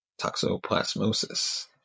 toxoplasmosis